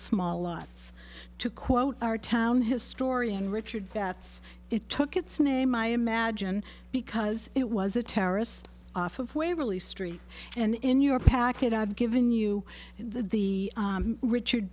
small lots to quote our town historian richard that's it took its name i imagine because it was a terrace off of waverly street and in your packet i've given you the richard